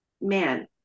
man